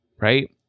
Right